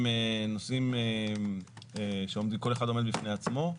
הם נושאים שכל אחד עומד בפני עצמו.